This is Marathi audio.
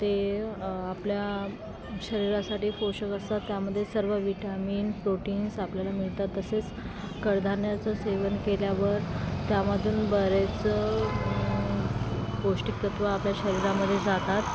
ते आपल्या शरीरासाठी पोषक असतात त्यामध्ये सर्व विटामिन प्रोटीन्स आपल्याला मिळतात तसेच कडधान्याचं सेवन केल्यावर त्यामधून बरेच पौष्टिक तत्त्वं आपल्या शरीरामध्ये जातात